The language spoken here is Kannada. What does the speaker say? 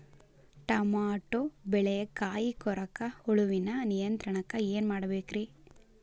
ಟಮಾಟೋ ಬೆಳೆಯ ಕಾಯಿ ಕೊರಕ ಹುಳುವಿನ ನಿಯಂತ್ರಣಕ್ಕ ಏನ್ ಮಾಡಬೇಕ್ರಿ?